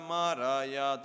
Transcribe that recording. Maraya